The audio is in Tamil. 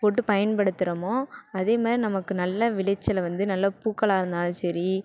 போட்டு பயன்படுத்துகிறோமோ அதேமாதிரி நமக்கு நல்ல விளைச்சலை வந்து நல்ல பூக்களாக இருந்தாலும் சரி